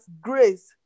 grace